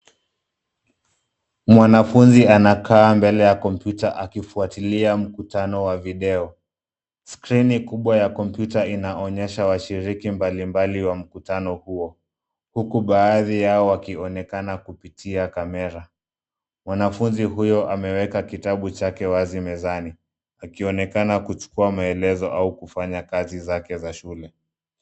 Mwanafunzi anakaa mbele ya kompyuta akifuatilia mkutano wa video. Skrini kubwa ya kompyuta inaoonyesha washiriki mbalimbali wa mkutano huo, huku baadhi yao wakionekana kupitia kamera. Mwanafunzi huyo ameweka kitabu chake wazi mezani akionekana kuchukua maelezo au kufanya kazi zake za shule.